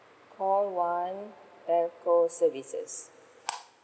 call one telco services